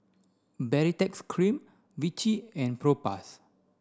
Baritex cream Vichy and Propass